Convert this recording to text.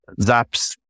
Zaps